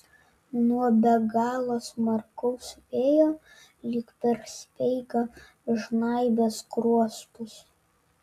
nuo be galo smarkaus vėjo lyg per speigą žnaibė skruostus